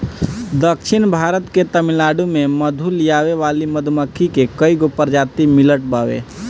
दक्षिण भारत के तमिलनाडु में मधु लियावे वाली मधुमक्खी के कईगो प्रजाति मिलत बावे